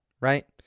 right